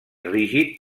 rígid